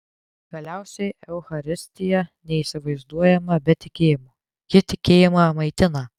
galiausiai eucharistija neįsivaizduojama be tikėjimo ji tikėjimą maitina